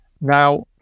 Now